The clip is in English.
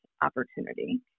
opportunity